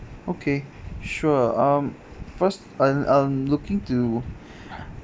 okay sure um first I'm I'm looking to